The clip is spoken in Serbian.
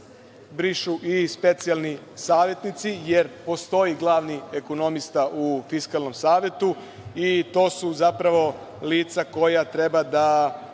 brišu i specijalni savetnici, jer postoji glavni ekonomista u Fiskalnom savetu. To su zapravo lica koja treba da